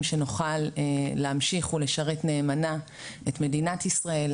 שנוכל להמשיך ולשרת נאמנה את מדינת ישראל,